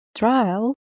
Trial